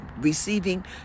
receiving